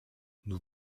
nous